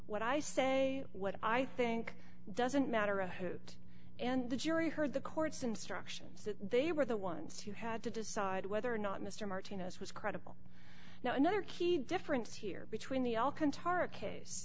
what i say what i think doesn't matter a bit and the jury heard the court's instructions that they were the ones you had to decide whether or not mr martinez was credible now another key difference here between the all ca